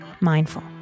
mindful